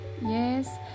yes